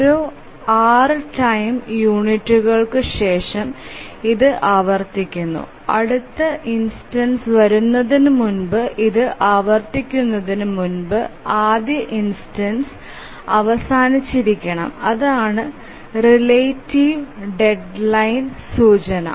ഓരോ 6 ടൈം യൂണിറ്റുകൾക്കും ശേഷം ഇത് ആവർത്തിക്കുന്നു അടുത്ത ഇൻസ്റ്റൻസ് വരുന്നതിനുമുമ്പ് ഇത് ആവർത്തിക്കുന്നതിന് മുമ്പ് ആദ്യ ഇൻസ്റ്റൻസ് അവസാനിച്ചിരിക്കണം അതാണ് റിലേറ്റീവ് ഡെഡ്ലൈനിന്റെ സൂചന